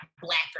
blacker